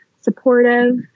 supportive